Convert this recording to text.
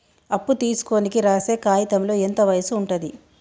అప్పు తీసుకోనికి రాసే కాయితంలో ఎంత వయసు ఉంటది?